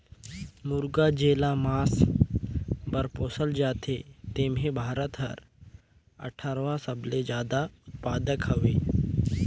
मुरगा जेला मांस बर पोसल जाथे तेम्हे भारत हर अठारहवां सबले जादा उत्पादक हवे